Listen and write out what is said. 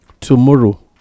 tomorrow